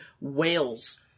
whales